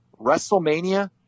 WrestleMania